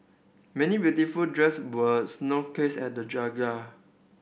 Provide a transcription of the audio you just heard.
many beautiful dress were snow cased at the